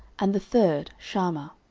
and the third shammah.